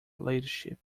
ladyship